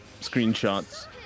screenshots